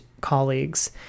colleagues